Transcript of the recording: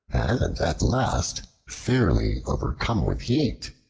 and at last, fairly overcome with heat,